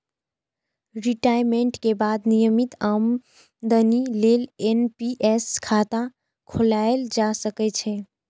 retirement के बाद नियमित आमदनी लेल एन.पी.एस खाता खोलाएल जा सकै छै